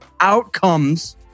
outcomes